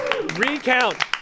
Recount